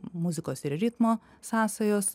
muzikos ir ritmo sąsajos